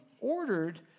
ordered